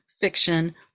fiction